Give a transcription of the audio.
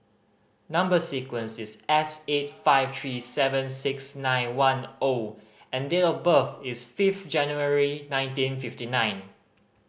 number sequence is S eight five three seven six nine one O and date of birth is five January nineteen fifty nine